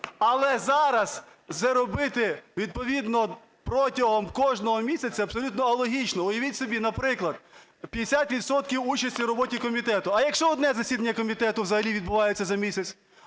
Але зараз це робити відповідно протягом кожного місяця абсолютно алогічно. Уявіть собі, наприклад, 50 відсотків участі у роботі комітету. А якщо одне засідання комітету взагалі відбувається за місяць?